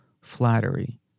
flattery